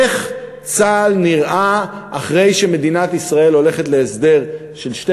איך צה"ל נראה אחרי שמדינת ישראל הולכת להסדר של שתי